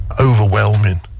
overwhelming